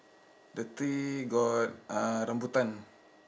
the three got uh rambutan